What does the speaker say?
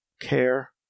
care